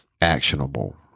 actionable